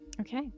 Okay